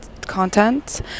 content